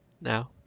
Now